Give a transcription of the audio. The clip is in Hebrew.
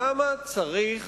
למה צריך